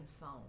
phone